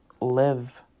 live